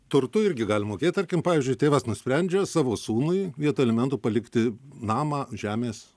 turtu irgi gali mokėt tarkim pavyzdžiui tėvas nusprendžia savo sūnui vietoj elementų palikti namą žemės